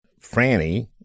Franny